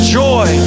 joy